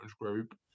Group